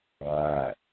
Right